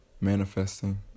manifesting